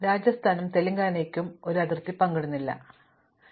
മറുവശത്ത് രാജസ്ഥാനും തെലങ്കാനയും ഒരു അതിർത്തി പങ്കിടുന്നില്ല അതിനാൽ ഞങ്ങൾക്ക് കഴിയും